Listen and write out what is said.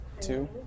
Two